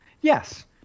Yes